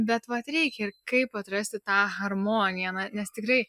bet vat reikia ir kaip atrasti tą harmoniją na nes tikrai